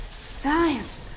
science